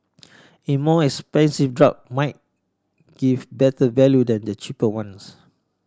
in more expensive drug might give better value than the cheaper ones